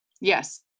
Yes